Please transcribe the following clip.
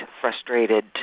frustrated